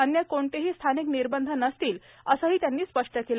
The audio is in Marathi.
अन्य कोणतेही स्थानिक निर्बंध नसतील असेही त्यांनी स्पष्ट केले